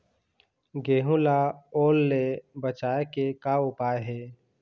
गेहूं ला ओल ले बचाए के का उपाय हे?